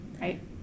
right